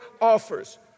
offers